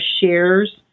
shares